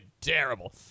terrible